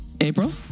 April